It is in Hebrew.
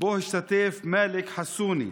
שבו השתתף מאלכ חסונה,